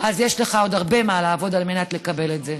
אז יש לך עוד הרבה מה לעבוד על מנת לקבל את זה.